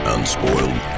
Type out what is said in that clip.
unspoiled